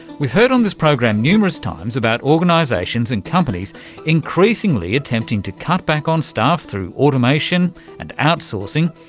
we've heard on this program numerous times about organisations and companies increasingly attempting to cut back on staff through automation and outsourcing,